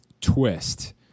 twist